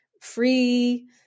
free